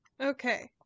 Okay